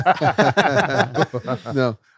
No